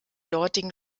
dortigen